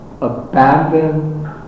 abandon